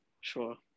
Sure